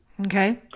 Okay